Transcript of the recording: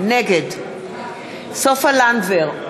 נגד סופה לנדבר,